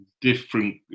different